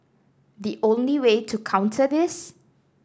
the only way to counter this